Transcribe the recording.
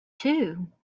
too